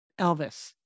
elvis